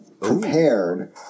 prepared